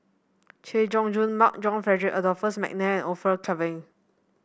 Chay Jung Jun Mark John Frederick Adolphus McNair Orfeur Cavenagh